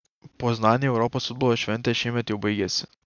poznanei europos futbolo šventė šiemet jau baigėsi